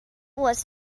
was